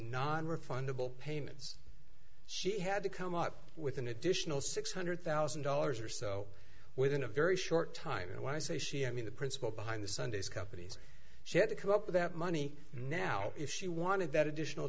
nonrefundable payments she had to come up with an additional six hundred thousand dollars or so within a very short time and when i say she i mean the principle behind the sunday's companies she had to come up with that money now if she wanted that additional